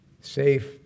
safe